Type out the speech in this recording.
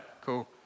Cool